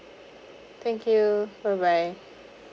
thank you bye bye